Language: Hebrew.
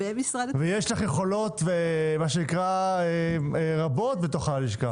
יש לך יכולות רבות בתוך הלשכה.